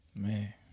Man